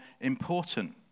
important